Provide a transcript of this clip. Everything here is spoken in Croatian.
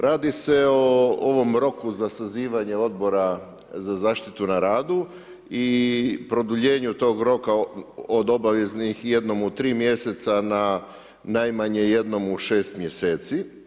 Radi se o ovom roku za sazivanje odbora za zaštitu na radu i produljenju tog roka od obaveznih jednom u 3 mj. na najmanje jednom u 6 mj.